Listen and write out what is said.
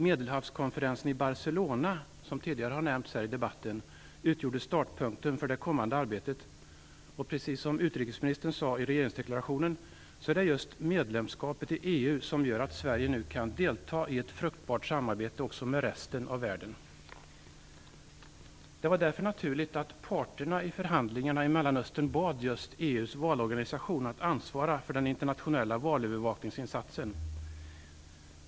Medelhavskonferensen i Barcelona utgjorde startpunkten för det kommande arbetet, och precis som utrikesministern sade i regeringsdeklarationen så är det just genom medlemskapet i EU som Sverige nu kan delta i ett fruktbart samarbete också med resten av världen. Det var därför naturligt att parterna i förhandlingarna i Mellanöstern bad just EU:s valorganisation att ansvara för den internationella valövervakningsinsatsen.